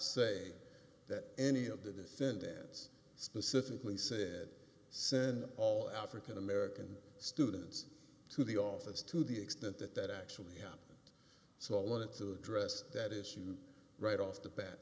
say that any of the descendants specifically said sen all african american students to the office to the extent that that actually so i wanted to address that issue right off the bat